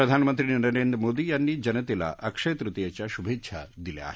प्रधानमंत्री नरेंद्र मोदी यांनी जनतेला अक्षय तृतीयेच्या शुभेच्छा दिल्या आहेत